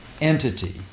entity